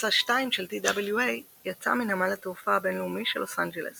טיסה 2 של TWA יצאה מנמל התעופה הבין-לאומי של לוס אנג'לס